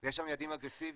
יש שם יעדים אגרסיביים.